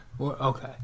Okay